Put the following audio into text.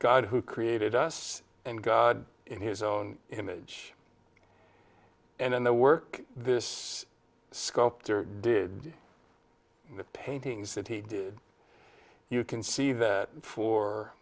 god who created us and god in his own image and in the work this sculptor did in the paintings that he did you can see that for